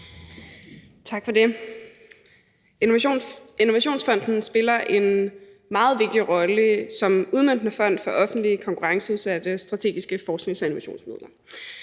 Tak for det. Innovationsfonden spiller en meget vigtig rolle som udmøntende fond for offentlige konkurrenceudsatte og strategiske forsknings- og innovationsmidler,